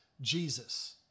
Jesus